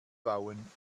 bauen